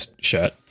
shirt